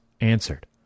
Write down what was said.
Answered